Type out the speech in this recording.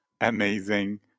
amazing